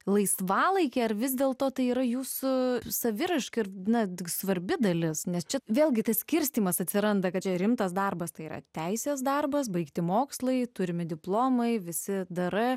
laisvalaikį ar vis dėl to tai yra jūsų saviraiška ir ne tik svarbi dalis nes čia vėlgi tas skirstymas atsiranda kad čia rimtas darbas tai yra teisės darbas baigti mokslai turimi diplomai visi darai